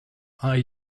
eye